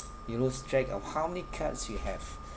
you lose track of how many cards you have